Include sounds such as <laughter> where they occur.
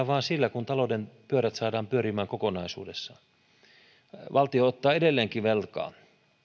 <unintelligible> vain sillä kun talouden pyörät saadaan pyörimään kokonaisuudessaan valtio ottaa edelleenkin velkaa